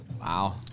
Wow